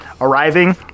arriving